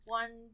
one